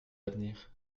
d’avenir